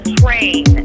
train